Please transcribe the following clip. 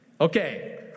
Okay